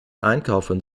einkaufen